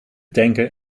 tanken